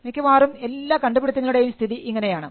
മിക്കവാറും എല്ലാ കണ്ടുപിടിത്തങ്ങളുടെയും സ്ഥിതി ഇങ്ങനെയാണ്